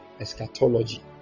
eschatology